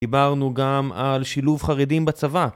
דיברנו גם על שילוב חרדים בצבא